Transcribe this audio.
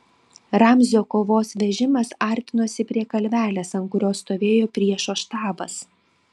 ramzio kovos vežimas artinosi prie kalvelės ant kurios stovėjo priešo štabas